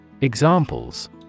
Examples